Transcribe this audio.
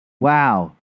Wow